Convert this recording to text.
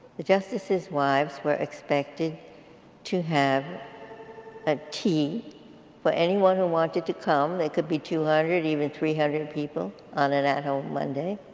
the justices' wives were expected to have a tea for anyone who wanted to come there could be two hundred even three hundred people, on an at home monday